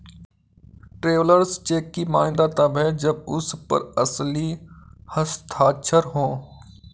travellers cheque की मान्यता तब है जब उस पर असली हस्ताक्षर हो